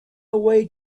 away